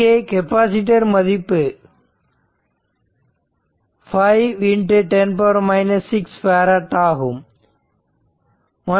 இங்கே கெப்பாசிட்டர் மதிப்பு 510 6 பேரட் ஆகும்